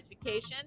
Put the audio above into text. education